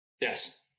Yes